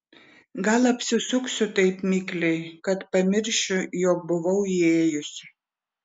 gal apsisuksiu taip mikliai kad pamiršiu jog buvau įėjusi